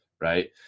right